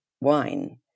wine